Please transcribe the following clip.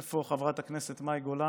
איפה חברת הכנסת מאי גולן?